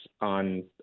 on